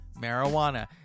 marijuana